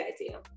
idea